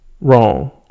Wrong